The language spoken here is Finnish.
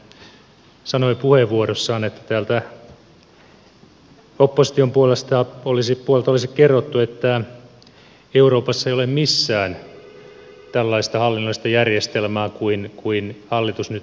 hänhän sanoi puheenvuorossaan että täältä opposition puolelta olisi kerrottu että euroopassa ei ole missään tällaista hallinnollista järjestelmää kuin hallitus nyt suomeen ajaa